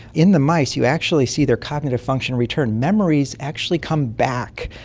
in the mice you actually see their cognitive function return. memories actually come back,